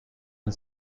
and